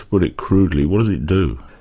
put it crudely, what does it do?